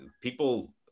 people